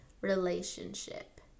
relationship